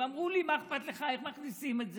הם אמרו לי: מה אכפת לך איך מכניסים את זה?